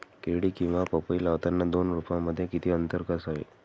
केळी किंवा पपई लावताना दोन रोपांमध्ये किती अंतर असावे?